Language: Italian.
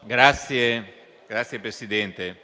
Signor Presidente,